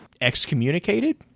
excommunicated